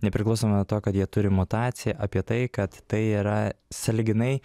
nepriklausomai nuo to kad jie turi mutaciją apie tai kad tai yra sąlyginai